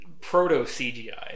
Proto-CGI